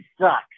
sucks